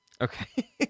Okay